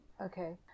okay